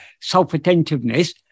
self-attentiveness